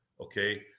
okay